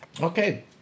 Okay